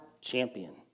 champion